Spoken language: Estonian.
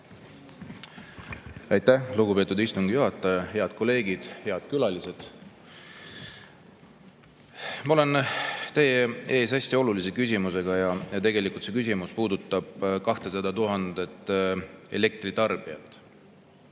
Aitäh, lugupeetud istungi juhataja! Head kolleegid! Head külalised! Ma olen teie ees hästi olulise küsimusega: see küsimus puudutab 200 000 elektritarbijat.